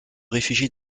réfugie